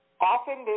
Often